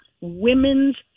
women's